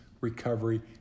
recovery